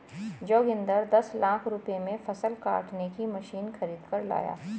जोगिंदर दस लाख रुपए में फसल काटने की मशीन खरीद कर लाया